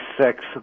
six